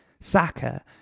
Saka